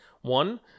one